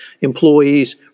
employees